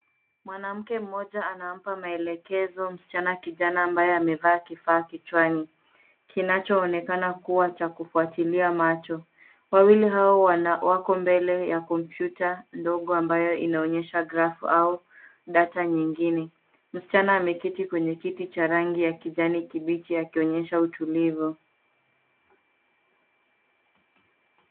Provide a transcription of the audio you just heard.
Mwanamke mmoja anampa maelekezo msichana kijana ambaye amevaa kifaa kichwani, kinachoonekana kuwa cha kufuatilia macho. Wawili hao wako mbele ya kompyuta ndogo ambayo inaonyesha grafu au data nyingine. Msichana ameketi kwenye kiti cha rangi ya kijani kibichi akionyesha utulivu.